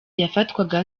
yafatwaga